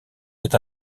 est